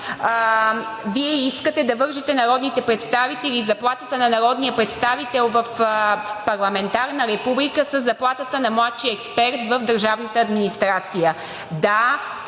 Вие искате да вържете народните представители – заплатата на народния представител в парламентарна република, със заплатата на младши експерт в държавната администрация.